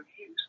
use